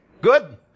good